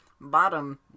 bottom